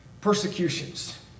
persecutions